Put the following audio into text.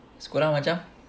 sekolah amacam